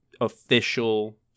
official